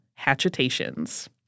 hatchetations